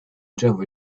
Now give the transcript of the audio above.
政府